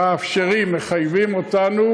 מחייב אותנו,